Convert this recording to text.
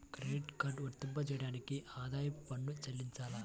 Credit card వర్తింపజేయడానికి ఆదాయపు పన్ను చెల్లించాలా?